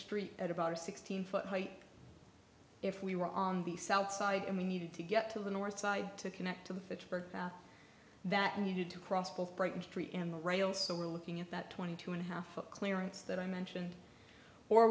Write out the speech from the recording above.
street at about sixteen foot high if we were on the south side and we needed to get to the north side to connect to the fitchburg path that needed to cross both breaking street and the rails so we're looking at that twenty two and a half foot clearance that i mentioned or